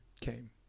came